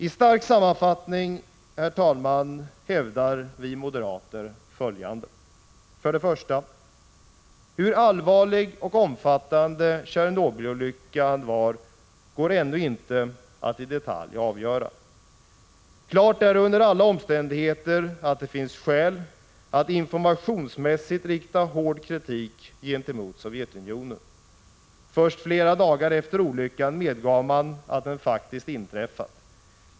I stark sammanfattning, herr talman, hävdar vi moderater följande: 1. Hur allvarlig och omfattande Tjernobylolyckan var går ännu inte att i detalj avgöra. Klart är under alla omständigheter att det finns skäl att informationsmässigt rikta hård kritik gentemot Sovjetunionen. Först flera dagar efter olyckan medgav man att den faktiskt inträffat.